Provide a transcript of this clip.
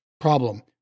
problem